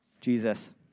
Jesus